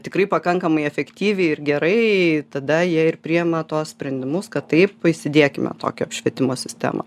tikrai pakankamai efektyviai ir gerai tada jie ir priima tuos sprendimus kad taip įsidiekime tokią švietimo sistemą